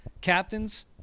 captains